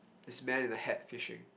this man in a hat fishing